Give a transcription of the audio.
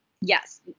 yes